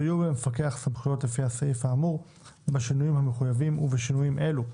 ויהיו למפקח הסמכויות לפי הסעיף האמור בשינויים המחויבים ובשינויים אלה: